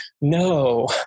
no